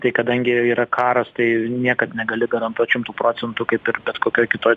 tai kadangi yra karas tai niekad negali garantuot šimtu procentų kaip ir bet kokioj kitoj